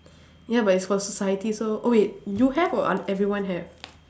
ya but is for society so oh wait you have or uh everyone have